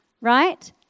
right